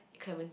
Clementi